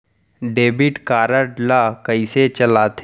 Debit card ला कइसे चलाते?